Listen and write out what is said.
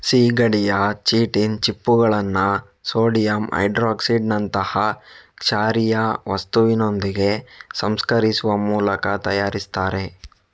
ಸೀಗಡಿಯ ಚಿಟಿನ್ ಚಿಪ್ಪುಗಳನ್ನ ಸೋಡಿಯಂ ಹೈಡ್ರಾಕ್ಸೈಡಿನಂತಹ ಕ್ಷಾರೀಯ ವಸ್ತುವಿನೊಂದಿಗೆ ಸಂಸ್ಕರಿಸುವ ಮೂಲಕ ತಯಾರಿಸ್ತಾರೆ